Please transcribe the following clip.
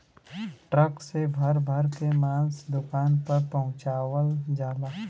truck से भर भर के मांस दुकान पर पहुंचवाल जाला